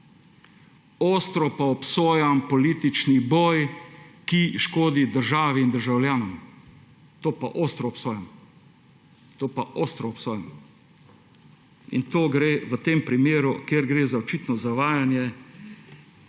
Ostro pa obsojam politični boj, ki škodi državi in državljanom! To pa ostro obsojam. In to je v tem primeru, kjer gre za očitno zavajanje